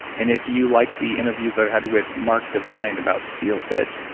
and if you like the interviews i've had with mark divine about sealfit,